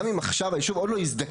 גם אם עכשיו היישוב עוד לא הזדקן,